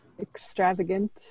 extravagant